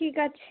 ঠিক আছে